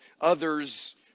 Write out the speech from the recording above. others